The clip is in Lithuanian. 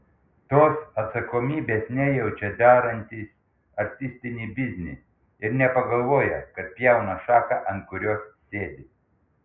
tos atsakomybės nejaučia darantys artistinį biznį ir nepagalvoja kad pjauna šaką ant kurios sėdi